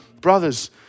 Brothers